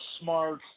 smart